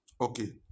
okay